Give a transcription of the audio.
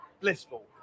blissful